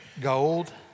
gold